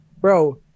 bro